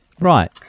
right